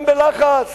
הם בלחץ,